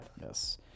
Yes